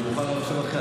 הוא יכול לחשוב אחרת.